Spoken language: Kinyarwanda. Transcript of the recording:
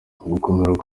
gukomera